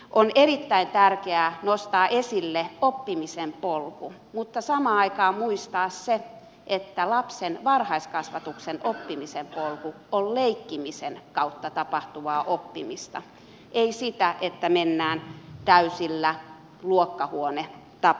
on erittäin tärkeää nostaa esille oppimisen polku mutta samaan aikaan muistaa se että lapsen varhaiskasvatuksen oppimisen polku on leikkimisen kautta tapahtuvaa oppimista ei sitä että mennään täysillä luokkahuonetapoihin